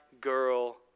girl